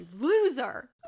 Loser